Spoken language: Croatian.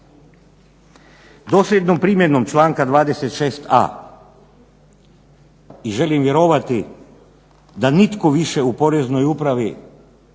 Dosljednom primjenom članka 24a. i želim vjerovati da nitko više u Poreznoj upravi